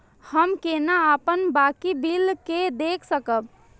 हम केना अपन बाकी बिल के देख सकब?